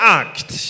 act